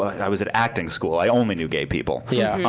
i was in acting school, i only knew gay people. yeah